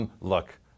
Look